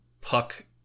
puck